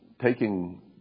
taking